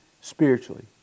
spiritually